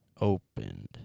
opened